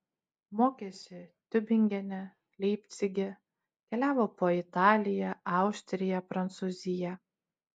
mokėsi tiubingene leipcige keliavo po italiją austriją prancūziją